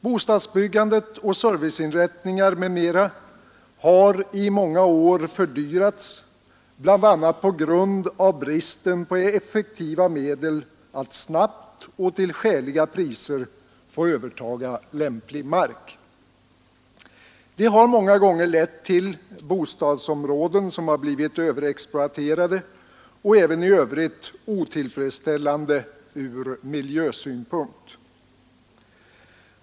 Bostadsbyggandet och serviceinrättningar m.m. har i många år fördyrats bl.a. på grund av bristen på effektiva medel att snabbt och till skäliga priser få överta lämplig mark. Detta har många gånger lett till bostadsområden som blivit överexploaterade och även i övrigt otillfredsställande från miljösynpunkt.